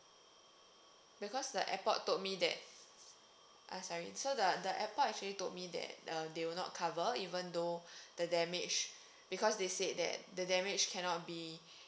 because the airport told me that ah sorry so the the airport actually told me that um they will not cover even though the damage because they said that the damage cannot be